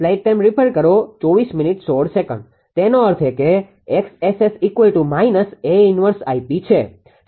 તેનો અર્થ એ કે 𝑋𝑆𝑆−𝐴−1Γ𝑝 છે